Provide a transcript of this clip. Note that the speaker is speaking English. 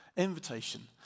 invitation